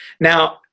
Now